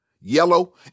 yellow